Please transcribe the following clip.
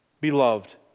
beloved